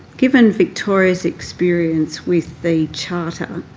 given victoria's experience with the charter,